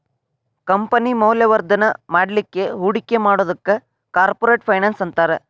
company ಮೌಲ್ಯವರ್ಧನ ಮಾಡ್ಲಿಕ್ಕೆ ಹೂಡಿಕಿ ಮಾಡೊದಕ್ಕ ಕಾರ್ಪೊರೆಟ್ ಫೈನಾನ್ಸ್ ಅಂತಾರ